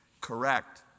Correct